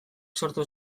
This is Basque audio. sortu